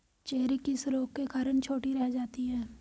Cherry किस रोग के कारण छोटी रह जाती है?